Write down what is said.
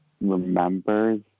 remembers